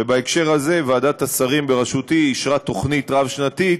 ובהקשר הזה ועדת השרים בראשותי אישרה תוכנית רב-שנתית